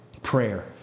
Prayer